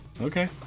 okay